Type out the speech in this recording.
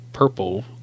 purple